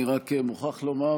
אני רק מוכרח לומר,